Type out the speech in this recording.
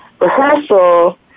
rehearsal